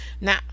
now